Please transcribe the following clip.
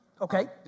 Okay